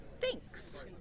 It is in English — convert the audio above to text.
Thanks